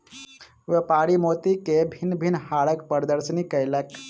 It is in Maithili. व्यापारी मोती के भिन्न भिन्न हारक प्रदर्शनी कयलक